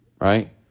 right